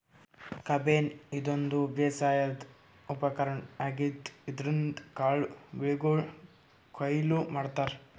combine ಇದೊಂದ್ ಬೇಸಾಯದ್ ಉಪಕರ್ಣ್ ಆಗಿದ್ದ್ ಇದ್ರಿನ್ದ್ ಕಾಳ್ ಬೆಳಿಗೊಳ್ ಕೊಯ್ಲಿ ಮಾಡ್ತಾರಾ